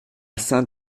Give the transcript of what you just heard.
sainte